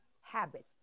habits